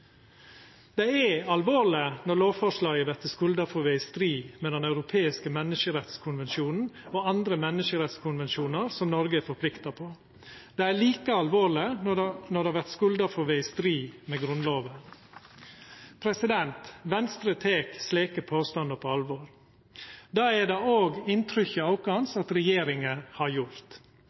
Det er alvorleg når lovforslaget vert skulda for å vera i strid med Den europeiske menneskerettskonvensjon og andre menneskerettskonvensjonar som Noreg er forplikta på. Det er like alvorleg når det vert skulda for å vera i strid med Grunnloven. Venstre tek slike påstandar på alvor. Det er det òg inntrykket vårt at regjeringa har gjort.